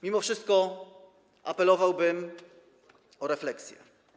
Mimo wszystko apelowałbym o refleksję.